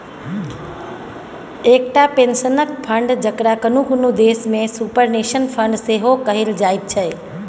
एकटा पेंशनक फंड, जकरा कुनु कुनु देश में सुपरनेशन फंड सेहो कहल जाइत छै